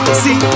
see